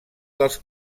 dels